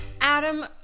Adam